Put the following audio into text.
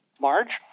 Marge